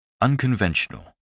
Unconventional